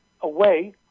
away